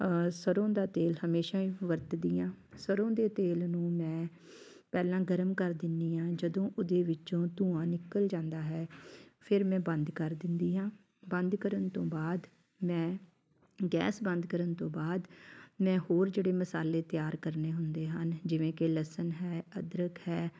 ਸਰ੍ਹੋਂ ਦਾ ਤੇਲ ਹਮੇਸ਼ਾ ਵਰਤਦੀ ਹਾਂ ਸਰ੍ਹੋਂ ਦੇ ਤੇਲ ਨੂੰ ਮੈਂ ਪਹਿਲਾਂ ਗਰਮ ਕਰ ਦਿੰਦੀ ਹਾਂ ਜਦੋਂ ਉਹਦੇ ਵਿੱਚੋਂ ਧੂੰਆਂ ਨਿਕਲ ਜਾਂਦਾ ਹੈ ਫਿਰ ਮੈਂ ਬੰਦ ਕਰ ਦਿੰਦੀ ਹਾਂ ਬੰਦ ਕਰਨ ਤੋਂ ਬਾਅਦ ਮੈਂ ਗੈਸ ਬੰਦ ਕਰਨ ਤੋਂ ਬਾਅਦ ਮੈਂ ਹੋਰ ਜਿਹੜੇ ਮਸਾਲੇ ਤਿਆਰ ਕਰਨੇ ਹੁੰਦੇ ਹਨ ਜਿਵੇਂ ਕਿ ਲਸਣ ਹੈ ਅਦਰਕ ਹੈ